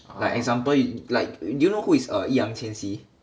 like example y~ like do you know who is err 易烊千玺